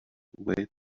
wait